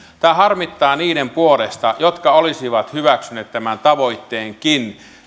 tämä harmittaa niiden puolesta jotka olisivat hyväksyneet tämän tavoitteenkin